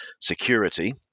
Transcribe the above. security